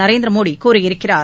நரேந்திர மோடி கூறியிருக்கிறார்